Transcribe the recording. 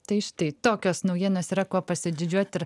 tai štai tokios naujienos yra kuo pasididžiuot ir